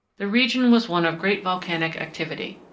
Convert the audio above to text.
the region was one of great volcanic activity.